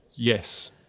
Yes